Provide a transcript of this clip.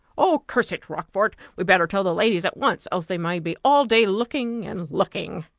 oh, curse it! rochfort, we'd better tell the ladies at once, else they may be all day looking and looking!